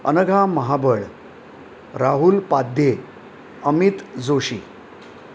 Anagha Mahabal Rahul Padhye Amit Joshi